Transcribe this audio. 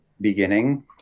beginning